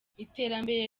iterambere